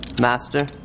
Master